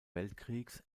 weltkriegs